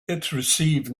received